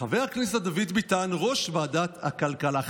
חבר הכנסת דוד ביטן, יושב-ראש ועדת הכלכלה.